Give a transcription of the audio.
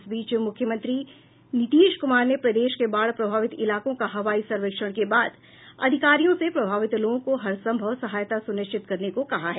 इस बीच मुख्यमंत्री नीतीश कुमार ने प्रदेश के बाढ़ प्रभावित इलाकों का हवाई सर्वेक्षण के बाद अधिकारियों से प्रभावित लोगों को हर संभव सहायता सुनिश्चित करने को कहा है